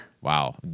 wow